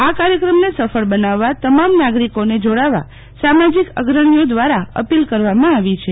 આ કાર્યક્રમને સફળ બનાવવા તમામ નાગરિકોને જોડાવા સામાજિક અગ્રનીયો દ્વારા અપીલ કરવામાં આવી છે